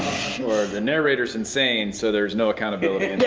the narrator is insane so there is no accountability